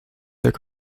their